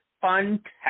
fantastic